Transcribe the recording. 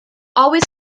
always